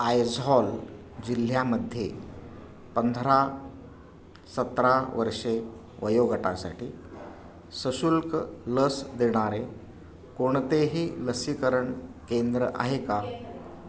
आयझॉल जिल्ह्यामध्ये पंधरा सतरा वर्षे वयोगटासाठी स शुल्क लस देणारे कोणतेही लसीकरण केंद्र आहे का